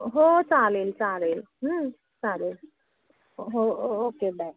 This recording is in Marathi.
हो चालेल चालेल चालेल हो ओ ओके बाय